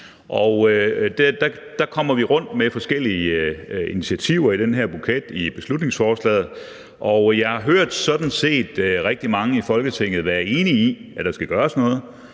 Der kommer vi rundt om forskellige initiativer i den her buket i beslutningsforslaget, og jeg har sådan set hørt rigtig mange i Folketinget være enige i, at der skal gøres noget,